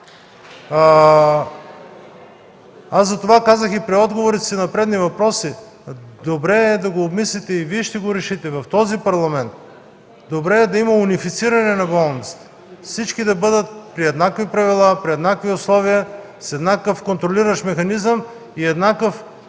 Аз затова казах в отговорите си и на предишни въпроси – добре е да го обмислите и Вие ще го решите, в този Парламент. Добре е да има унифициране на болниците, всички да бъдат при еднакви правила, еднакви условия с еднакъв контролиращ механизъм и еднакъв